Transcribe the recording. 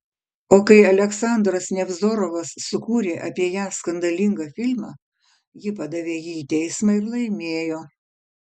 o kai aleksandras nevzorovas sukūrė apie ją skandalingą filmą ji padavė jį į teismą ir laimėjo